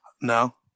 No